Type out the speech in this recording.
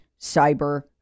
cyber